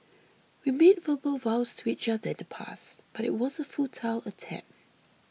we made verbal vows to each other in the past but it was a futile attempt